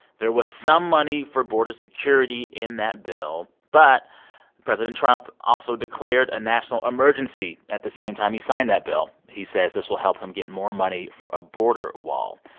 there was some money for border security in that bill, but president trump also declared a national emergency at the same time he signed that bill. he says this will help him get more money for a border wall.